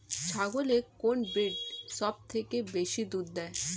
ছাগলের কোন ব্রিড সবথেকে বেশি দুধ দেয়?